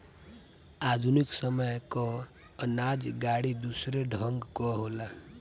आधुनिक समय कअ अनाज गाड़ी दूसरे ढंग कअ होला